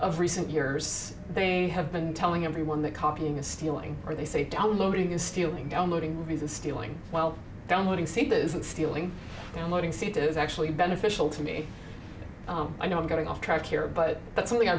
of recent years they have been telling everyone that copying is stealing or they say downloading is stealing downloading movies and stealing while downloading seekers and stealing downloading seated is actually beneficial to me i know i'm getting off track here but that's something i